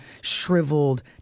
shriveled